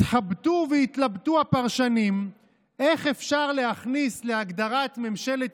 התחבטו והתלבטו הפרשנים איך אפשר להכניס להגדרת ממשלת